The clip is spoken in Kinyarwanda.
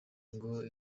ngo